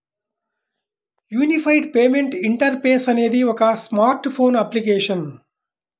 unified payment interface అనేది ఒక smart phone application